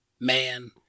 Man